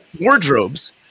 wardrobes